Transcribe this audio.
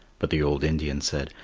but the old indian said,